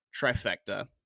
trifecta